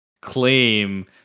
claim